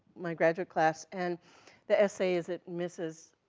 my graduate class, and the essays that mrs.